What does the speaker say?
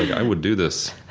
i would do this,